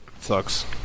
sucks